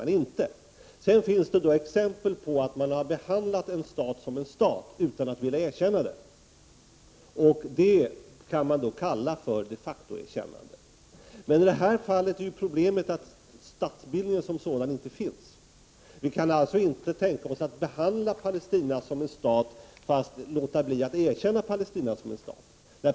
Men det finns däremot exempel på att man har behandlat en stat som en stat, utan att man har velat erkänna den. Det kan man kalla för ett de facto-erkännande. I detta fall är dock problemet att statsbildningen som sådan inte existerar. Vi kan således inte tänka oss att behandla Palestina som en stat, men låta bli att erkänna Palestina som en stat.